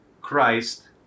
Christ